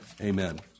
Amen